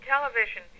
television